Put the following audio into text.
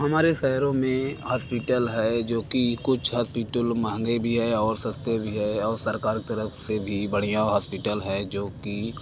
हमारे शहरों में हस्पिटल है जो कि कुछ हस्पिटल महगे भी है और सस्ते भी है औ सरकार की तरफ़ से भी बढ़िया हौस्पिटल है जो कि